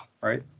Right